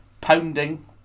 Pounding